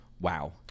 wow